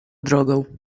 drogą